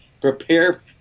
Prepare